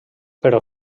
però